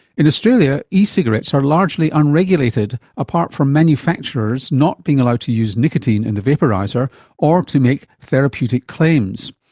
in australia ecigarettes are largely unregulated apart from manufacturers not being allowed to use nicotine in the vaporiser or to make therapeutic claims.